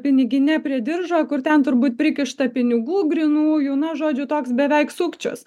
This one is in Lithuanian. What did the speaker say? pinigine prie diržo kur ten turbūt prikišta pinigų grynųjų na žodžiu toks beveik sukčius